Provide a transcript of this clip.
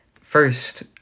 First